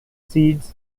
seeds